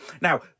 now